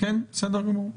בסדר גמור.